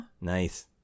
Nice